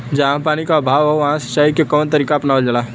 जहाँ पानी क अभाव ह वहां सिंचाई क कवन तरीका अपनावल जा?